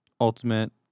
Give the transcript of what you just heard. ultimate